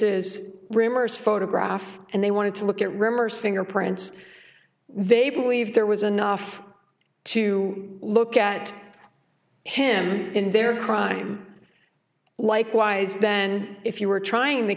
es rumors photographs and they wanted to look at remembers fingerprints they believe there was enough to look at him in their crime likewise then if you were trying the